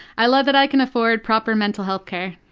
i love that i can afford proper mental healthcare.